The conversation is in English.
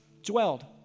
dwelled